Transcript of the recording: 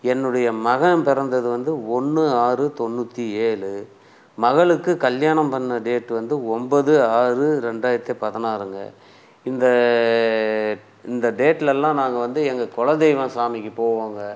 என்னுடைய மகன் பிறந்தது வந்து ஒன்று ஆறு தொண்ணூற்றி ஏழு மகளுக்கு கல்யாணம் பண்ணிண டேட் வந்து ஒன்பது ஆறு ரெண்டாயிரத்தி பதினாறுங்க இந்த இந்த டேட்லெலாம் நாங்கள் வந்து எங்கள் குலத்தெய்வம் சாமிக்கு போவோங்க